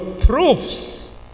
proves